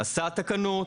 עשה תקנות,